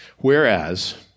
Whereas